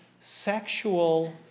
sexual